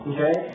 Okay